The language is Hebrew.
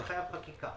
את הפתוחים.